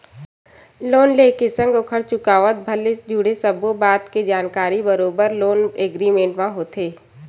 loan ले के संग ओखर चुकावत भर ले जुड़े सब्बो बात के जानकारी बरोबर लोन एग्रीमेंट म होथे